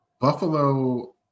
Buffalo